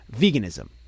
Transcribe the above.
veganism